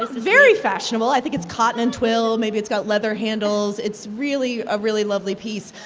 very fashionable. i think it's cotton and twill, maybe it's got leather handles. it's really a really lovely piece.